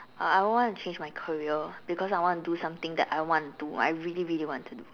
uh I want to change my career because I want to something that I want to do I really really want to do